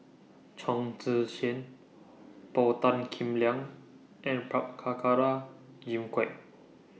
Chong Tze Chien Paul Tan Kim Liang and Prabhakara Jimmy Quek